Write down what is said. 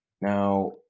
Now